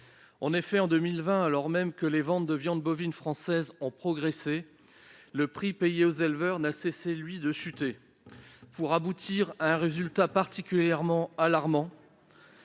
bovine. En 2020, alors même que les ventes de viandes bovines françaises ont progressé, le prix payé aux éleveurs n'a cessé de chuter, pour aboutir à un résultat particulièrement alarmant.